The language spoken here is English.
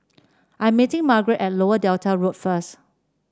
I'm meeting Margeret at Lower Delta Road first